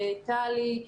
ותל"י,